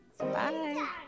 Bye